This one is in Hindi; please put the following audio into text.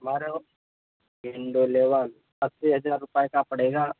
हमारे वो विन्डो इलेवन अस्सी हज़ार रुपये का पड़ेगा